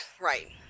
right